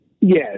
Yes